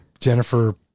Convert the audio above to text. Jennifer